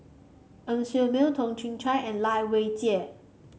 Ng Ser Miang Toh Chin Chye and Lai Weijie